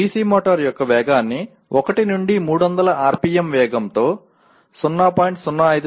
DC motor యొక్క వేగాన్ని 1 నుండి 300 RPM వేగంతో 0